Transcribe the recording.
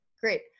Great